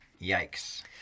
Yikes